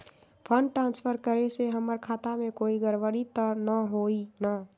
Fund transfer करे से हमर खाता में कोई गड़बड़ी त न होई न?